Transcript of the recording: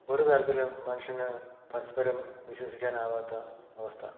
ഒരു തരത്തിലും മനുഷ്യന് പരസ്പരം വിശ്വസിക്കാനാകാത്ത അവസ്ഥ